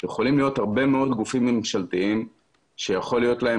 יכולים להיות הרבה מאוד גופים ממשלתיים שיכול להיות להם